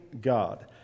God